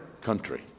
country